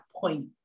point